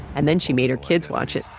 and then she made her kids watch it.